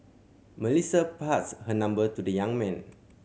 Melissa passed her number to the young man